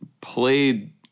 played